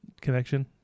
connection